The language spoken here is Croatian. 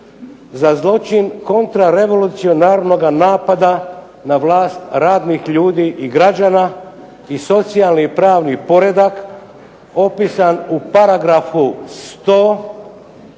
za zločin kontrarevolucionarnoga napada na vlast radnih ljudi i građana i socijalni i pravni poredak opisan u paragrafu 100